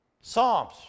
Psalms